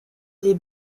des